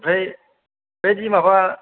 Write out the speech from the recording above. ओमफ्राय बेबायदि माबा